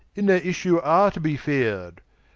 in their issue are to be fear'd.